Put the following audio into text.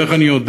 ואיך אני יודע?